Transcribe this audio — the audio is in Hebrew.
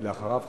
ואחריו,